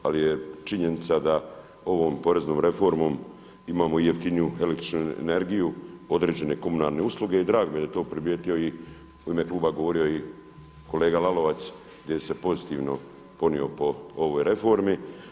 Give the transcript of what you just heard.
Ali je činjenica da ovom poreznom reformom imamo i jeftiniju električnu energiju, određene komunalne usluge i drago mi je da je to primijetio i u ime Kluba govorio i kolega Lalovac gdje se pozitivno ponio po ovoj reformi.